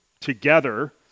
together